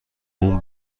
اون